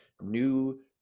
new